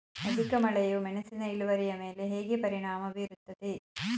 ಅಧಿಕ ಮಳೆಯು ಮೆಣಸಿನ ಇಳುವರಿಯ ಮೇಲೆ ಹೇಗೆ ಪರಿಣಾಮ ಬೀರುತ್ತದೆ?